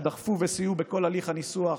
שדחפו וסייעו בכל הליך הניסוח,